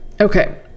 okay